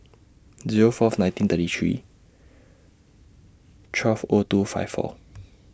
Zero Fourth nineteen thirty three twelve O two five four